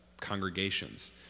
Congregations